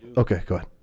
okay, go